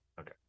Okay